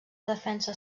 defensa